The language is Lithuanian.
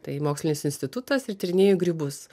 tai mokslinis institutas ir tyrinėju grybus